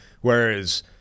Whereas